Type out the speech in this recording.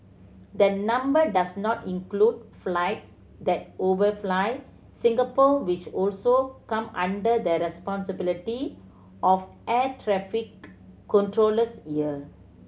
the number does not include flights that overfly Singapore which also come under the responsibility of air traffic controllers here